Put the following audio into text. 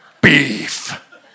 beef